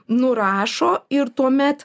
nurašo ir tuomet